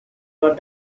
are